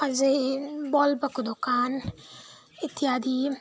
अझै बल्बहरूको दोकान इत्यादि